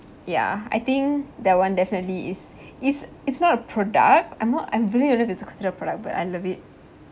ya I think that one definitely is is is not a product I'm not I believe you won't consider it a product but I love it